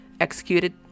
executed